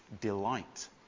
delight